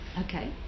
Okay